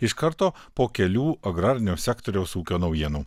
iš karto po kelių agrarinio sektoriaus ūkio naujienų